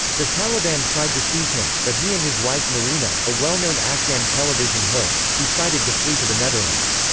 the taliban tried to seize him, but he and his wife marina, a well-known afgan television host, decided to flee to the netherlands.